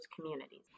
communities